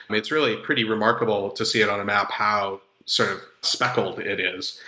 it's really pretty remarkable to see it on a map how sort of speckled it is.